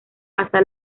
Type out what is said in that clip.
hasta